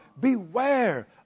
Beware